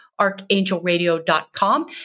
archangelradio.com